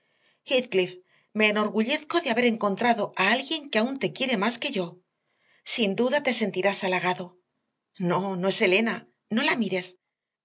me enorgullezco de haber encontrado a alguien que aún te quiere más que yo sin duda te sentirás halagado no no es elena no la mires